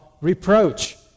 reproach